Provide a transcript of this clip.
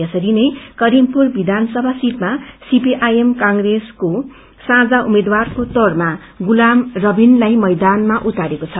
यसरी नै करीमपुर विधानसभा सीटमा सीपीआईएम कंप्रेसका साझा उम्मेद्वारको तौरमा गुलाम रविनलाई मैदानमा उतारेको छ